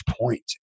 point